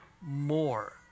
more